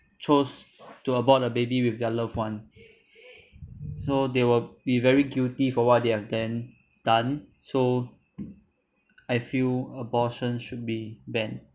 chose to abort the baby with their loved one so they will be very guilty for what they have then done so I feel abortion should be banned